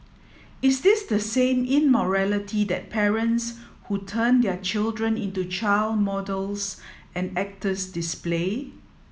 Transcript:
is this the same immorality that parents who turn their children into child models and actors display